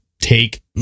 take